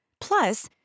Plus